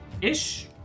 ish